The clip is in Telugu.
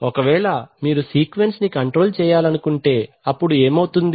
ఒకవేళ మీరు సీక్వెన్స్ ని కంట్రోల్ చేయాలనుకుంటే అప్పుడు ఏమవుతుంది